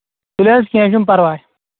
تُلِو حظ کیٚنہہ چھُنہٕ پَرواے